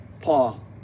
Paul